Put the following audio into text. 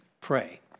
pray